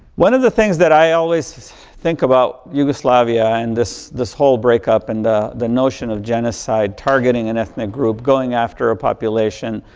one of the things that i always think about yugoslavia and this this whole break up and the the notion of genocide, targeting an ethnic group, going after a population,